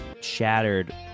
shattered